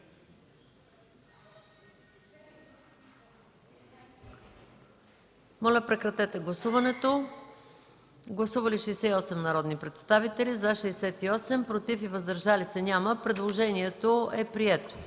Моля, гласувайте. Гласували 71 народни представители: за 71, против и въздържали се няма. Предложението е прието.